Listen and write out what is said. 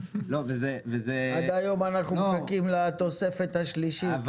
עד היום אנחנו מחכים לתוספת השלישית.